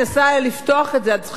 אני צריכה עם סכין לפתוח,